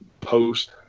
post